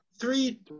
Three